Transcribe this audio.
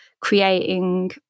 creating